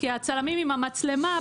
כי הצלמים עם המצלמה,